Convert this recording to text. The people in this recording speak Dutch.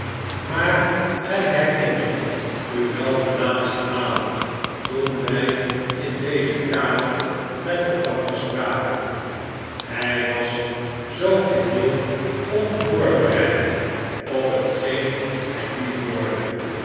maar gij herinnert u wel de laatste maal toen wij in deze kamer met elkander spraken hij was zoo geheel onvoorbereid op hetgeen hij nu hoorde